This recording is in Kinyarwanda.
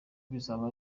bizaba